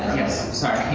yes, sorry.